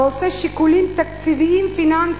ועושה שיקולים תקציביים-פיננסיים,